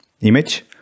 image